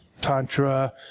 tantra